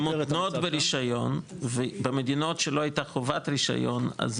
מותנות ברישיון ובמדינות שלא הייתה חובת רישיון זה